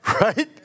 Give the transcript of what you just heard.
Right